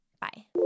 Bye